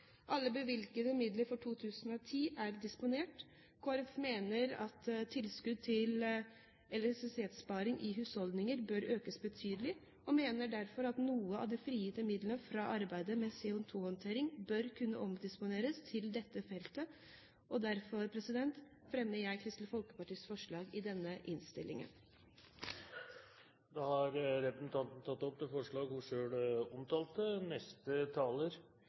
Alle bevilgede midler for 2010 er disponert. Kristelig Folkeparti mener at tilskudd til elektrisitetssparing i husholdninger bør økes betydelig, og mener derfor at noen av de frigitte midlene fra arbeidet med CO2-håndtering bør kunne omdisponeres til dette feltet. Derfor fremmer jeg Kristelig Folkepartis forslag i denne innstillingen. Representanten Line Henriette Hjemdal har tatt opp det forslaget hun